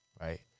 right